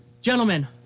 Gentlemen